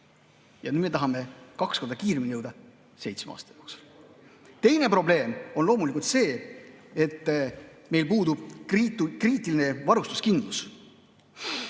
Ja nüüd me tahame jõuda kaks korda kiiremini: seitsme aasta jooksul. Teine probleem on loomulikult see, et meil puudub kriitiline varustuskindlus.